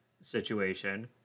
situation